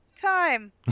time